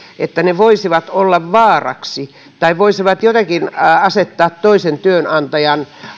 että ne voisivat olla vaaraksi tai voisivat jotenkin asettaa toisen työnantajan